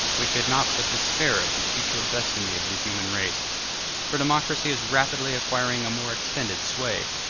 we could not but despair of the future destiny of the human race for democracy is rapidly acquiring a more extended sway,